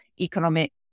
economic